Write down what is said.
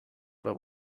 but